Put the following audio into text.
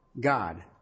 God